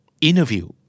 Interview